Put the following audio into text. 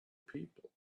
people